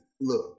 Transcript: look